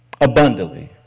abundantly